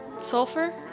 Sulfur